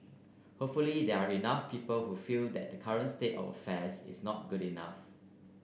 hopefully there are enough people who feel that current state of affairs is not good enough